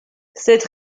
cette